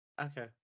Okay